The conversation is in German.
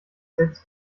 selbst